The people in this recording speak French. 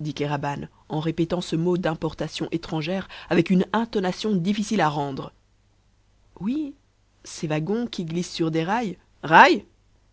dit kéraban en répétant ce mot d'importation étrangère avec un intonation difficile à rendre oui ces wagons qui glissent sur des rails rails